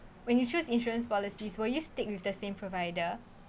when you choose insurance policies will you stick with the same provider